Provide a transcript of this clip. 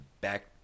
back